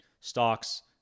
stocks